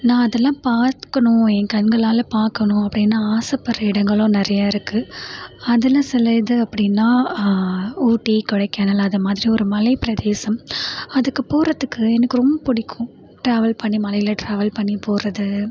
நான் அதுல்லாம் பார்த்துக்கணும் என் கண்களால் பார்க்கணும் அப்படினு ஆசைப்பட்ற இடங்களும் நிறைய இருக்குது அதில் சில இது அப்படின்னா ஊட்டி கொடைக்கானல் அது மாதிரி ஒரு மலைப்பிரதேசம் அதுக்கு போகிறத்துக்கு எனக்கு ரொம்ப பிடிக்கும் ட்ராவல் பண்ணி மலையில் ட்ராவல் பண்ணி போகிறது